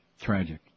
Tragic